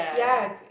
ya I agree